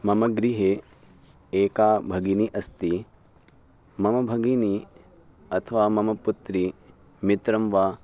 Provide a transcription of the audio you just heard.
मम गृहे एका भगिनी अस्ति मम भगिनी अथवा मम पुत्री मित्रं वा